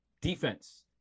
defense